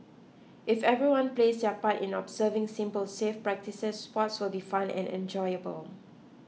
if everyone plays their part in observing simple safe practices sports will be fun and enjoyable